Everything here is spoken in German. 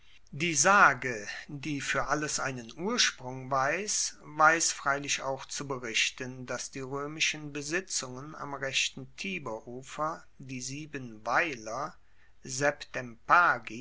die sage die fuer alles einen ursprung weiss weiss freilich auch zu berichten dass die roemischen besitzungen am rechten tiberufer die sieben weiler